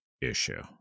issue